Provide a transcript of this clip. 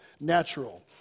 natural